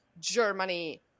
Germany